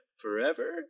forever